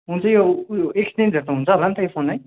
हुन्छ यो ऊ एक्सचेन्जहरू त हुन्छ होला नि त यो फोन है